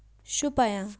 Shopian